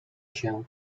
się